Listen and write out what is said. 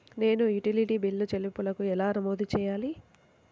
నేను utility bill చెల్లింపులను ఎలా నమోదు చేయాలి?